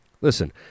listen